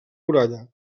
muralla